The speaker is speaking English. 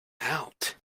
out